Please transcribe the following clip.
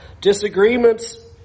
Disagreements